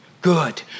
Good